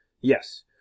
Yes